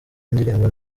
indirimbo